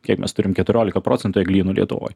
kiek mes turim keturioliką procebtų eglynų lietuvoj